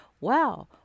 wow